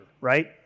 right